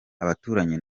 abaturanyi